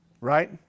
right